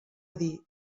dir